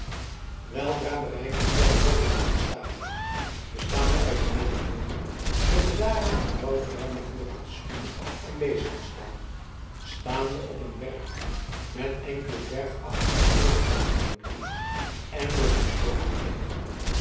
weldra bereikten zij broddelsma state bestaande uit een nette woning met de daaraan gebouwde ruime voorraadschuur en beestenstal staande op een werf met enkele dwergachtige pereboomen beplant en door een sloot omgeven